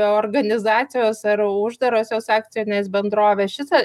organizacijos ar uždarosios akcinės bendrovės šita